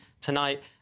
tonight